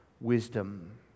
wisdom